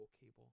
cable